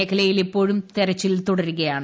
മേഖലയിൽ ഇപ്പോഴും തെരച്ചിൽ തുടരുകയാണ്